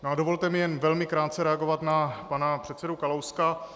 A dovolte mi jen velmi krátce reagovat na pana předsedu Kalouska.